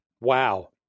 Wow